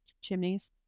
chimneys